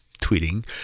tweeting